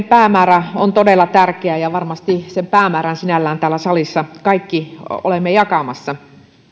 päämäärä on todella tärkeä ja varmasti sen päämäärän sinällään täällä salissa me kaikki olemme jakamassa